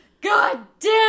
goddamn